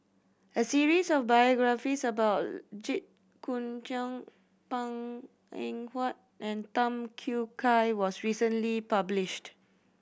a series of biographies about Jit Koon Ch'ng Png Eng Huat and Tham Yui Kai was recently published